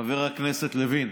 חבר הכנסת לוין,